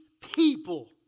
people